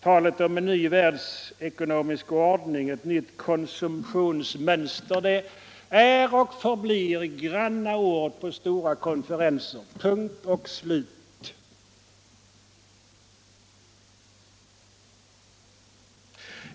Talet om en ny världsekonomisk ordning och ett nytt konsumtionsmönster är och förblir granna ord på stora konferenser - punkt och slut.